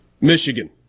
Michigan